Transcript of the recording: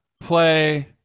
play